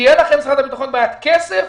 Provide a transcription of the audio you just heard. תהיה למשרד הביטחון בעיית כסף,